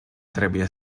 trebuie